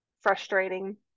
frustrating